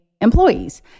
employees